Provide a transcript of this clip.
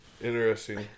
Interesting